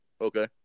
Okay